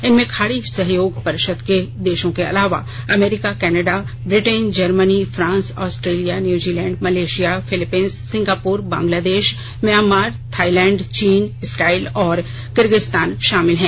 इनमें खाड़ी सहयोग परिषद के देशों के अलावा America Canada Britain Germany France Australia New Zealand Malaysia Philippines Singapore Bangladesh Myanmar Thailand चीन इस्राइल और किर्गिस्तान शामिल हैं